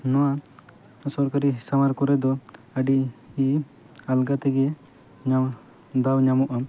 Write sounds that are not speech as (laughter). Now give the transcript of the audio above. ᱱᱚᱣᱟ ᱥᱚᱨᱠᱟᱨᱤ ᱥᱟᱶᱟᱨ ᱠᱚᱨᱮ ᱫᱚ ᱟᱹᱰᱤ ᱟᱞᱜᱟ ᱛᱮᱜᱮ (unintelligible) ᱫᱟᱣ ᱧᱟᱢᱚᱜᱼᱟ